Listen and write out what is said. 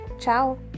Ciao